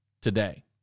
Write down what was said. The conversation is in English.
today